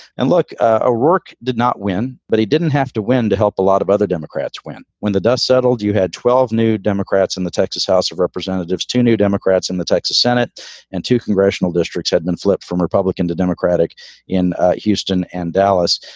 and look, ah work did not win, but he didn't have to win to help a lot of other democrats win. when the dust settled, you had twelve new democrats in the texas house of representatives, two new democrats in the texas senate and two congressional districts had been and flipped from republican to democratic in houston and dallas.